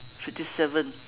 fifty seven